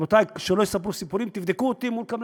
רבותי, שלא יספרו סיפורים, תבדקו אותי מול קבלנים: